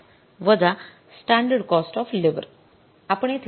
२५ वजा standard cost of labour